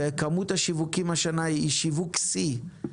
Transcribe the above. כמות השיווקים השנה היא שיווק שיא.